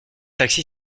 taxi